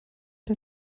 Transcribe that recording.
der